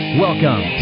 Welcome